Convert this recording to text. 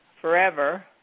forever